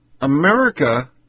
America